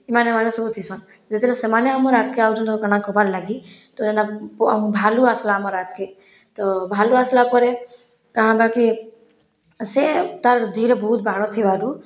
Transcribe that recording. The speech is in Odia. ଏମାନେ ମାନେ ସବୁ ଥିସନ୍ ଯେତେବେଲେ ସେମାନେ ଆମର୍ ଆଗ୍କେ ଆଉଚନ୍ ତ କାଣା କର୍ବାର୍ ଲାଗି ତ ଯେନ୍ତା ଭାଲୁ ଆସ୍ଲା ଆମର୍ ଆଗ୍କେ ତ ଭାଲୁ ଆସ୍ଲା ପରେ କାଁ ହବା କି ସେ ତାର୍ ଦିହ୍ ରେ ବହୁତ ବାଳ ଥିବାରୁ